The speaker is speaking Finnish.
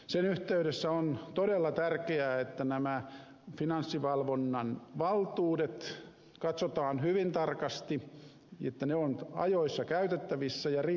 sen yhteydessä on todella tärkeää että nämä finanssivalvonnan valtuudet katsotaan hyvin tarkasti niin että ne ovat ajoissa käytettävissä ja riittävän vahvat